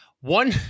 One